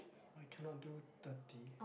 I cannot do thirty